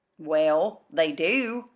well, they do,